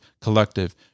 collective